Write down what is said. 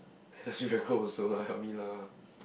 and actually very cold also lah help me lah